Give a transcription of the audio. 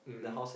mmhmm